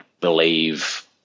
believe